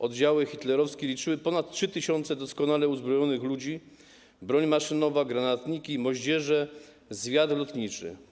Oddziały hitlerowskie liczyły ponad 3 tys. doskonale uzbrojonych ludzi: broń maszynowa, granatniki, moździerze, zwiad lotniczy.